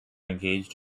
engaged